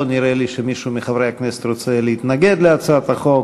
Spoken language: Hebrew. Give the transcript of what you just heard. ולא נראה לי שמישהו מחברי הכנסת רוצה להתנגד להצעת החוק.